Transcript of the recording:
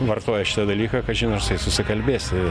vartoja šitą dalyką kažin ar su jais susikalbėsi